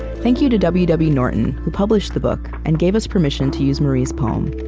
thank you to w w. norton, who published the book and gave us permission to use marie's poem.